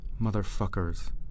Motherfuckers